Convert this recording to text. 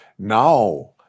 Now